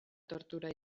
tortura